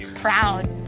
proud